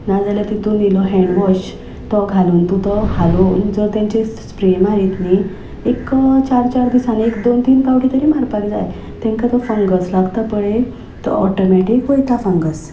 ना जाल्यार तितून इल्लो हॅन्ड वॉश तो घालून तूं तो हालोवन जर तांचेर स्प्रे मारीत न्ही एक चार चार दिसांनी एक दोन तीन फावटी तरी मारपाक जाय तांकां तो फंगस लागता पळय तो ऑटोमेटीक वयता फंगस